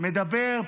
מדבר,